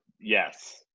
yes